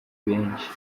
benshi